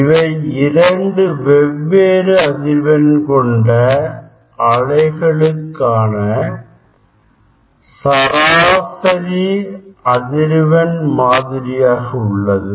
இவை இரண்டு வெவ்வேறு அதிர்வெண் கொண்ட அலைகளுக்கான சராசரி அதிர்வெண் மாதிரியாக உள்ளது